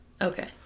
Okay